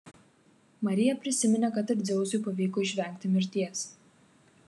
marija prisiminė kad ir dzeusui pavyko išvengti mirties